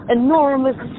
enormous